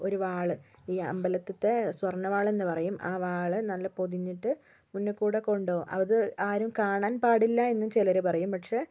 ഒരു വാൾ ഈ അമ്പലത്തിലത്തെ സ്വർണ്ണ വാൾ എന്നു പറയും ആ വാൾ നല്ല പൊതിഞ്ഞിട്ട് മുന്നിൽക്കൂടി കൊണ്ടുപോവും അത് ആരും കാണാൻ പാടില്ല എന്നും ചിലർ പറയും പക്ഷെ